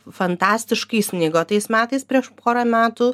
fantastiškai snigo tais metais prieš porą metų